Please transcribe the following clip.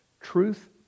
Truth